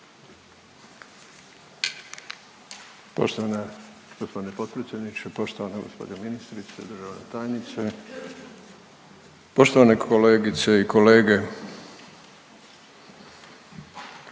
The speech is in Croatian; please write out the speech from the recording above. Poštovani gospodine potpredsjedniče, poštovana gospođo ministrice, državna tajnice, poštovane kolegice i kolege,